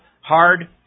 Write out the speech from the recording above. Hard